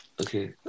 okay